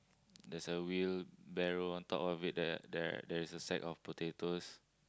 there's a wheelbarrow on top of it there there there is a sack of potatoes